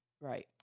Right